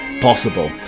possible